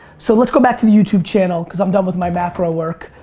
so let's go back to the youtube channel, because i'm done with my macro work.